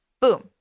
boom